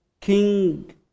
king